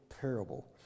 parable